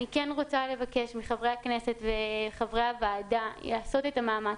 אני רוצה לבקש מחברי הכנסת וחברי הוועדה לעשות את המאמץ,